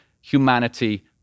humanity